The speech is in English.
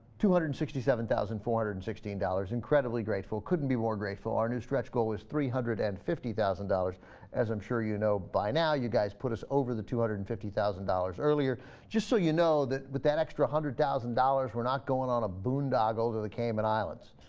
two hundred and sixty seven thousand ford and sixteen dollars incredibly grateful couldn't be more grateful our new stretch goal is three hundred and fifty thousand dollars as i'm sure you know by now you guys put over the two hundred and fifty thousand dollars earlier just so you know that but that extra hundred thousand dollars we're not going on a boondoggle the cayman islands